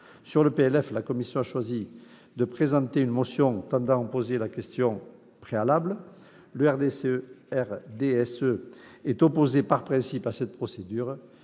finances, la commission a choisi de présenter une motion tendant à opposer la question préalable. Le RDSE est opposé par principe à ce dispositif